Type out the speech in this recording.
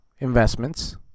investments